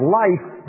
life